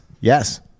yes